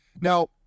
Now